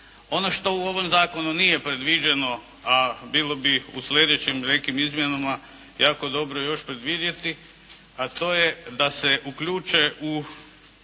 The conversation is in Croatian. ono što u ovom zakonu nije predviđeno a bilo bi u slijedećim nekim izmjenama jako dobro još predvidjeti a to je da se uključe u